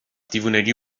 دیوونگی